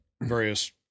various